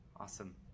Awesome